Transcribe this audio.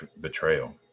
betrayal